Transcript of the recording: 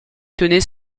tenait